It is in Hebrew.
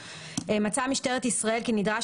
אני ממשיכה בקריאה: מצאה משטרת ישראל כי נדרש